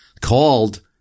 called